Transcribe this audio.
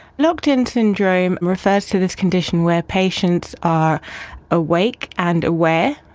locked-in syndrome refers to this condition where patients are awake and aware,